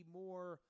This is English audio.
more